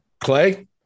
Clay